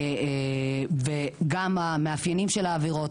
גם המאפיינים של העבירות.